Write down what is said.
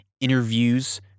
interviews